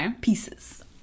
Pieces